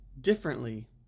differently